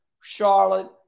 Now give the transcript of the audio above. Charlotte